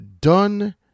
done